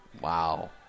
Wow